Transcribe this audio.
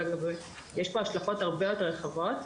אלא יש כאן השלכות הרבה יותר רחבות.